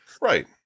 Right